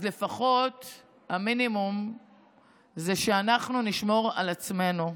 אז המינימום זה שלפחות אנחנו נשמור על עצמנו.